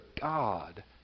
God